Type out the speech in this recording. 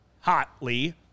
hotly